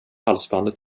halsbandet